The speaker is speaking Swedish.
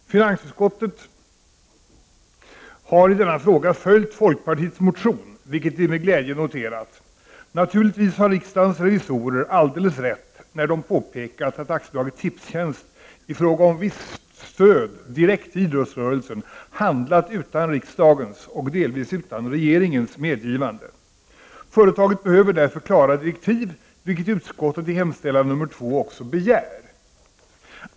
Herr talman! Finansutskottet har i denna fråga följt folkpartiets motion, vilket vi med glädje noterat. Naturligtvis har riksdagens revisorer alldeles rätt, när de påpekat att AB Tipstjänst i fråga om visst stöd direkt till idrottsrörelsen handlat utan riksdagens — och delvis utan regeringens — medgi vande. Företaget behöver därför klara direktiv, vilket utskottet i hemställan nr 2 också begär.